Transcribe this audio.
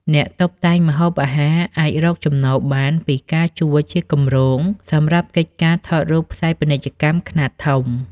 អ្នកតុបតែងម្ហូបអាហារអាចរកចំណូលបានពីការជួលជាគម្រោង សម្រាប់កិច្ចការថតរូបផ្សាយពាណិជ្ជកម្មខ្នាតធំ។